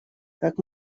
как